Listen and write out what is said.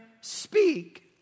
speak